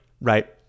right